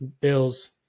Bills